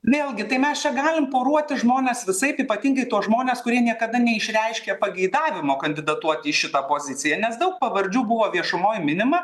vėlgi tai mes čia galim poruoti žmonės visaip ypatingai tuos žmones kurie niekada neišreiškia pageidavimo kandidatuoti į šitą poziciją nes daug pavardžių buvo viešumoj minima